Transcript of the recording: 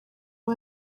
uwo